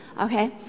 okay